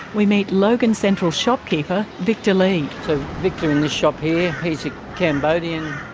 we meet logan central shopkeeper victor lee. so victor in this shop here, he's a cambodian.